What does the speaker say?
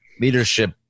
leadership